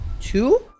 two